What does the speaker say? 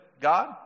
God